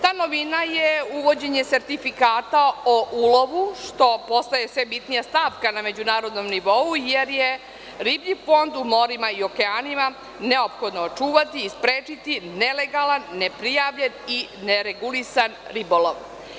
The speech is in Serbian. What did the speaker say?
Ta novina je uvođenje sertifikata o ulovu, što postaje sve bitnija stavka na međunarodnom nivou, jer je riblji fond u morima i okeanima neophodno očuvati i sprečiti nelegalan, ne prijavljen i ne regulisan ribolov.